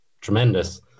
tremendous